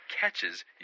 catches